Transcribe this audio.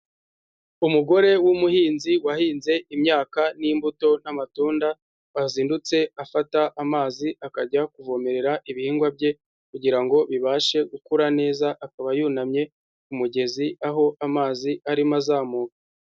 Umugore w'umuhinzi wahinze imyaka n'imbuto n'amatunda, wazindutse afata amazi akajya kuvomerera ibihingwa bye kugira ngo bibashe gukura neza, akaba yunamye mu mugezi aho amazi arimo azamuka.